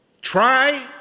Try